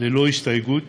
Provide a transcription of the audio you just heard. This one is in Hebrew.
ללא הסתייגות